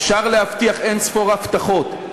אפשר להבטיח אין-ספור הבטחות,